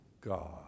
God